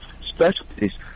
specialties